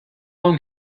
long